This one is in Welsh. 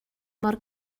mor